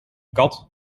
kat